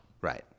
Right